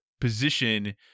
position